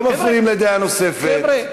לא מפריעים לדעה נוספת.